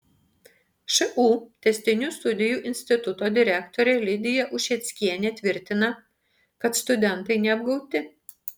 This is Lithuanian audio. šu tęstinių studijų instituto direktorė lidija ušeckienė tvirtina kad studentai neapgauti